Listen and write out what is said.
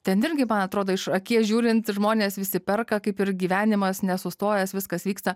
ten irgi man atrodo iš akies žiūrint žmonės visi perka kaip ir gyvenimas nesustojęs viskas vyksta